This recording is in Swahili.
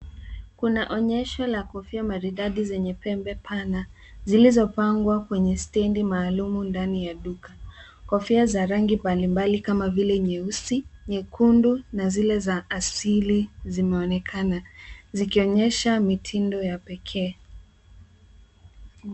Kuna onyesho la kofia maridadi zenye pembe pana zilizopandwa kwenye stendi maalumu ndani y duka. Kofia za rangi mbalimbali kama vile nyeusi, nyekundu na zile za asili zimeonekana zikionyesha mitindo ya pekee.